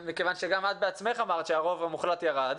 מכיוון שאת בעצמך אמרת שהרוב המוחלט ירד.